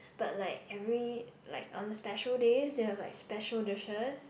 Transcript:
but like every like on the special days they have special dishes